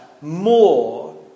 more